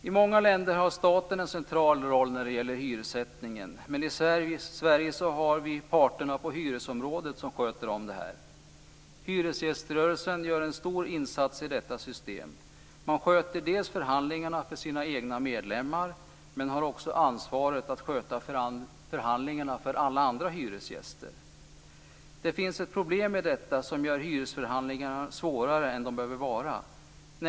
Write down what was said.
I många länder har staten en central roll när det gäller hyressättningen. I Sverige är det parterna på hyresområdet som sköter detta. Hyresgäströrelsen gör en stor insats i detta system. Dels sköter man förhandlingarna för sina egna medlemmar, dels har man ansvaret för att sköta förhandlingarna för alla de andra hyresgästerna. Det finns ett problem med detta som gör hyresförhandlingarna svårare än de behöver vara.